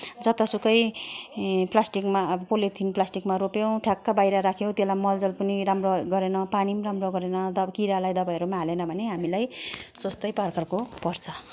जतासुकै प्लास्टिकमा आब पोलिथिन प्लास्टिकमा रोप्यौँ ठ्याक्क बाहिर राख्यौँ त्यसलाई मलजल पनि राम्रो गरेन पानीम राम्रो गरेन दब किरालाई दबाईहरूम हालेन भने हामीलाई सस्तै प्रकारको पर्छ